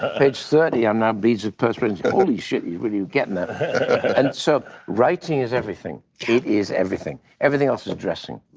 ah page thirty, um now beads of perspiration. holy shit, what but are you getting at? and so writing is everything, it is everything. everything else is dressing.